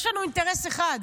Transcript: יש לנו אינטרס אחד.